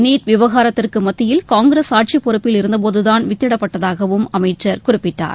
NEET விவகாரத்திற்கு மத்தியில் Congress ஆட்சி பொறுப்பில் இருந்தபோதுதான் வித்திடப்பட்டதாகவும் அமைச்சர் குறிப்பிட்டார்